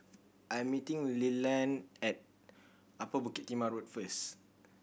I'm meeting Leland at Upper Bukit Timah Road first